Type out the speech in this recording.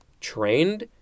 trained